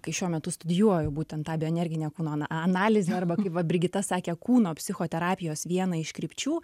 kai šiuo metu studijuoju būtent tą bio energinę kūno ana analizę arba kaip va brigita sakė kūno psichoterapijos vieną iš krypčių